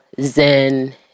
zen